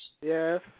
Yes